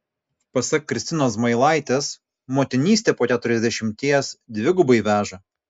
pasak kristinos zmailaitės motinystė po keturiasdešimties dvigubai veža